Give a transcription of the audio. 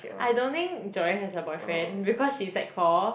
I don't think Joanne has a boyfriend because she sec four